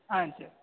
ஆ சரி